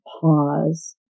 pause